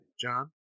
John